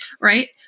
Right